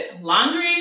laundry